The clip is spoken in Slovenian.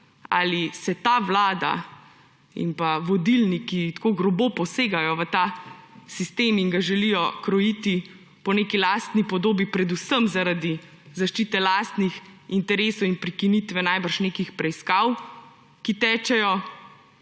ali se ta vlada in vodilni, ki tako grobo posegajo v ta sistem in ga želijo krojiti po neki lastni podobi, predvsem zaradi zaščite lastnih interesov in prekinitve najbrž nekih preiskav, ki tečejo,